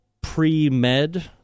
pre-med